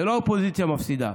לא האופוזיציה מפסידה.